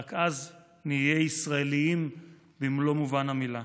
רק אז נהיה ישראליים במלוא מובן המילה".